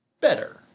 better